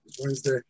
Wednesday